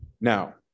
Now